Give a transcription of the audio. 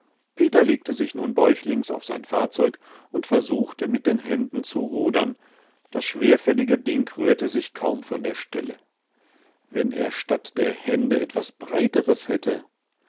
peter legte sich nun bäuchlings auf sein fahrzeug und versuchte mit den händen zu rudern das schwerfällige ding rührte sich kaum von der stelle wenn er statt der hände etwas breiteres hätte